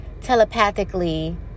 telepathically